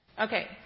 Okay